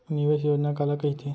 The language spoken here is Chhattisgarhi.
निवेश योजना काला कहिथे?